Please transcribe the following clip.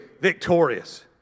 victorious